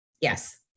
Yes